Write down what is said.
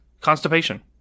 constipation